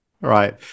Right